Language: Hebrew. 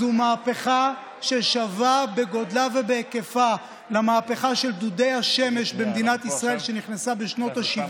זו מהפכה ששווה בגודלה ובהיקפה למהפכה של דודי השמש במדינת ישראל,